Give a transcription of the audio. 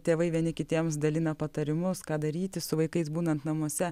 tėvai vieni kitiems dalina patarimus ką daryti su vaikais būnant namuose